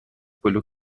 quello